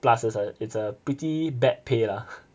plus it's a it's a pretty bad pay lah